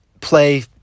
play